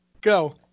go